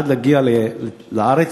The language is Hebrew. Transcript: עד ההגעה לארץ,